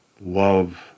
love